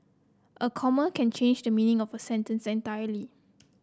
a comma can change the meaning of a sentence entirely